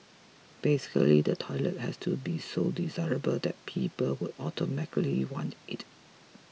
basically the toilet has to be so desirable that people would automatically want it